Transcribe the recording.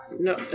No